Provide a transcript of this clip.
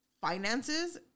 finances